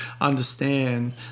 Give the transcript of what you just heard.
understand